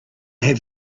have